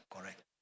correct